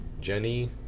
Jenny